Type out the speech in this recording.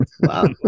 Wow